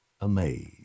amazed